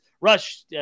rush